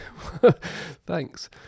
Thanks